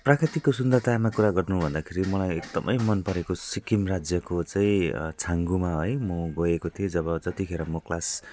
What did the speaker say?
प्राकृतिकको सुन्दरतामा कुरा गर्नु भन्दाखेरि मलाई एकदमै मन परेको सिक्किम राज्यको चाहिँ छाङ्गुमा है म गएको थिएँ जब जतिखेर म क्लास